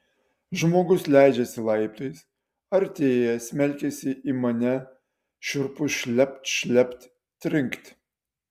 žmogus leidžiasi laiptais artėja smelkiasi į mane šiurpus šlept šlept trinkt